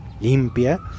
limpia